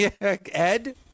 Ed